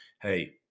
Hey